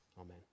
amen